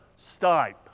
stipe